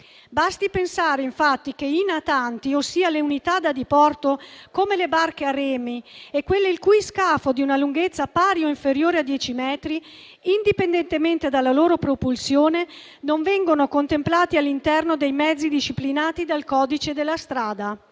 Basti pensare infatti che i natanti, ossia le unità da diporto, come le barche a remi e quelle il cui scafo è di una lunghezza pari o inferiore a 10 metri, indipendentemente dalla loro propulsione, non vengono contemplati all'interno dei mezzi disciplinati dal codice della strada